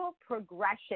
progression